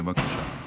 בבקשה.